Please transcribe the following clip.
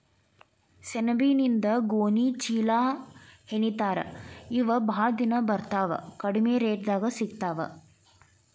ಸೆಣಬಿನಿಂದ ಗೋಣಿ ಚೇಲಾಹೆಣಿತಾರ ಇವ ಬಾಳ ದಿನಾ ಬರತಾವ ಕಡಮಿ ರೇಟದಾಗ ಸಿಗತಾವ